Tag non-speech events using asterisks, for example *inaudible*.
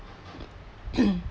*coughs*